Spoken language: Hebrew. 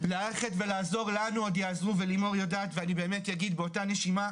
ללכת ולעזור לנו עוד יעזרו ולימור יודעת ואני באמת יגיד באותה נשימה,